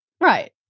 Right